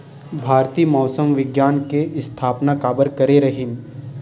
भारती मौसम विज्ञान के स्थापना काबर करे रहीन है?